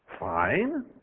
Fine